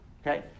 Okay